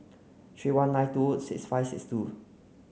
three one nine two six five six two